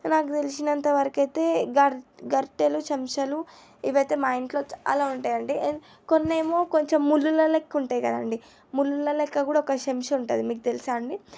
నాకు తెలిసినంతవరకైతే గర్ గరిటలు చెంచాలు ఇవైతే మా ఇంట్లో చాలా ఉంటాయండి కొన్నేమో కొంచెం ముళ్ళుల లెక్క ఉంటాయి కదండి ముళ్ళుల లెక్క కూడా ఒక చెంచా ఉంటుంది మీకు తెలుసా అండి